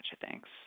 thanks